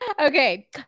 Okay